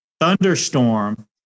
thunderstorm